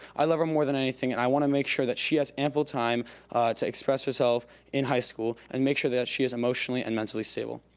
i love her more than anything, and i wanna make sure that she has ample time to express herself in high school and make sure that she is emotionally and mentally stable.